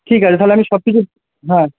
ঠিক আছে তাহলে আমি সব কিছু হ্যাঁ